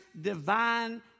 divine